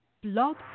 Blog